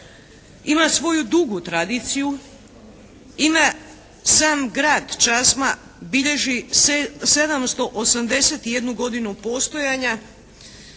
ima svoju dugu tradiciju, sam grad Čazma bilježi 781 godinu postojanja,